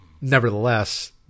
Nevertheless